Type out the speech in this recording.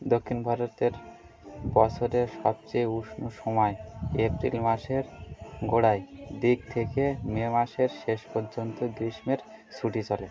দক্ষিণ ভারতের বছরের সবচেয়ে উষ্ণ সময় এপ্রিল মাসের গোড়ায় দিক থেকে মে মাসের শেষ পর্যন্ত গ্রীষ্মের ছুটি চলে